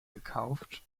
gekauft